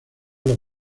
los